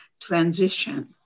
transition